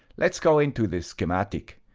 let's go into the schematic.